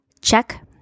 Check